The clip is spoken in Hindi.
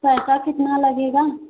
पैसा कितना लगेगा